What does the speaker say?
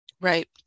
Right